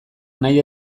nahi